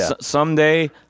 someday